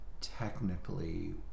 technically